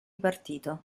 partito